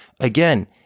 again